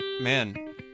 man